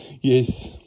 Yes